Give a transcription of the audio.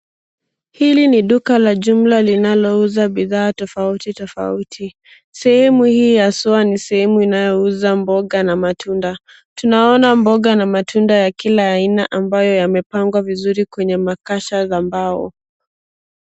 Hili ni duka la jumla linalouza bidhaa tofauti tofauti, sehemu hii haswa ni sehemu inayouza mboga na matunda. Tunaona mboga, na matunda ya kila aina ambayo yamepangwa vizuri kwenye makasha za mbao.